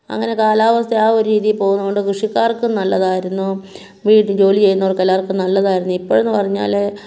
അങ്ങനെ കാലാവസ്ഥ ആ ഒരു രീതിയിൽ പോകുന്നുണ്ട് കൃഷിക്കാർക്കും നല്ലതായിരുന്നു വീട് ജോലിചെയ്യുന്നോർക്കെല്ലാവർക്കും നല്ലതായിരുന്നു ഇപ്പോഴെന്നു പറഞ്ഞാൽ